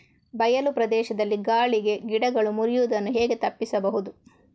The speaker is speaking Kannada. ಬಯಲು ಪ್ರದೇಶದಲ್ಲಿ ಗಾಳಿಗೆ ಗಿಡಗಳು ಮುರಿಯುದನ್ನು ಹೇಗೆ ತಪ್ಪಿಸಬಹುದು?